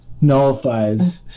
nullifies